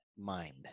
mind